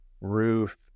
roof